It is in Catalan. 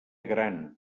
gran